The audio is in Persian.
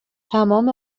تمام